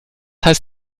heißt